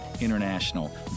International